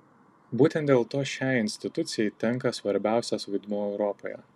būtent dėl to šiai institucijai tenka svarbiausias vaidmuo europoje